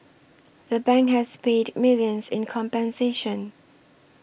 the bank has paid millions in compensation